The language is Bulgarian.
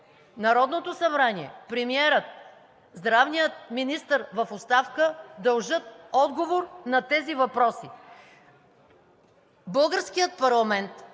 Народното събрание, премиерът и здравният министър в оставка дължат отговори на тези въпроси. Българският парламент